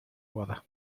boda